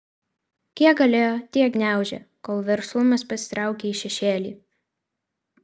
kiek galėjo tiek gniaužė kol verslumas pasitraukė į šešėlį